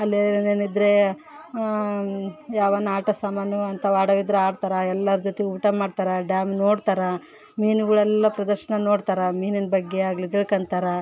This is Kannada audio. ಅಲ್ಲಿ ಏನೇನು ಇದ್ರೆ ಯಾವನ್ನು ಆಟ ಸಾಮಾನು ಅಂಥವ್ ಆಡೋವಿದ್ರೆ ಆಡ್ತಾರೆ ಎಲ್ಲರ ಜೊತೆ ಊಟ ಮಾಡ್ತಾರೆ ಡ್ಯಾಮ್ ನೋಡ್ತಾರೆ ಮೀನುಗಳೆಲ್ಲ ಪ್ರದರ್ಶನ ನೋಡ್ತಾರೆ ಮೀನಿನ ಬಗ್ಗೆ ಆಗಲಿ ತಿಳ್ಕೋಂತಾರೆ